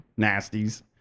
nasties